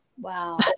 Wow